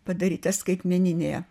padaryta skaitmeninėje